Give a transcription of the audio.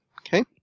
Okay